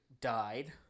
died